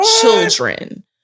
children